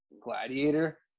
gladiator